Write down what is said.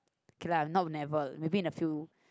okay lah not never maybe in a few